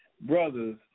brothers